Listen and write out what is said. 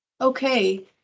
Okay